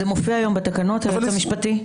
זה מופיע היום בתקנות, היועץ המשפטי?